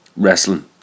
wrestling